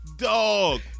Dog